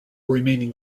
remaining